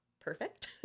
perfect